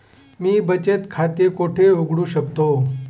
मी बचत खाते कोठे उघडू शकतो?